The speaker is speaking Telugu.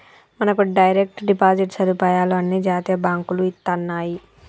మనకు డైరెక్ట్ డిపాజిట్ సదుపాయాలు అన్ని జాతీయ బాంకులు ఇత్తన్నాయి